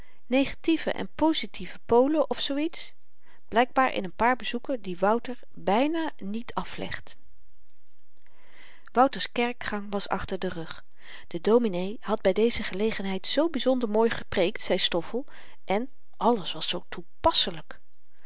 negatieve en pozitieve polen of zoo iets blykbaar in n paar bezoeken die wouter byna niet aflegt wouters kerkgang was achter den rug de dominee had by deze gelegenheid zoo byzonder mooi gepreekt zei stoffel en alles was zoo